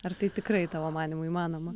ar tai tikrai tavo manymu įmanoma